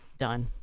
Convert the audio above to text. done